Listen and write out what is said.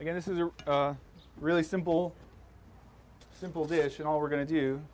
again this is a really simple simple dish and all we're going to do